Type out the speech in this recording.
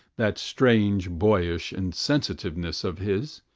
that strange boyish insensitiveness of his,